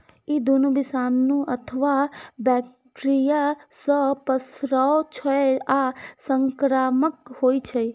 ई दुनू विषाणु अथवा बैक्टेरिया सं पसरै छै आ संक्रामक होइ छै